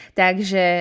takže